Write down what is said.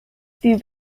die